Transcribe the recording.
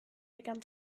began